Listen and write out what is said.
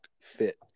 fit